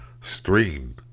stream